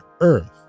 earth